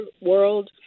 world